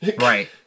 Right